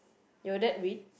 you are that weak